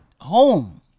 home